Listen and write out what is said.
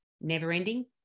never-ending